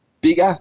bigger